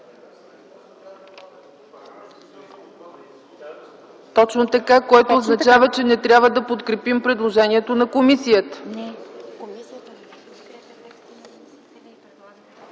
Чакъров) което означава, че не трябва да подкрепим предложението на комисията.